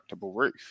roof